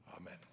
Amen